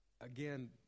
again